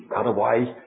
otherwise